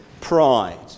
pride